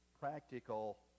practical